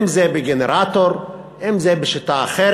אם זה בגנרטור, אם זה בשיטה אחרת.